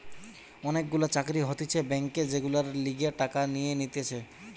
অনেক গুলা চাকরি হতিছে ব্যাংকে যেগুলার লিগে টাকা নিয়ে নিতেছে